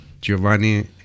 Giovanni